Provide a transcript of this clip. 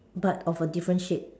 but of a different shape